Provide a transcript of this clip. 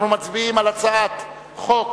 אנחנו מצביעים על הצעת חוק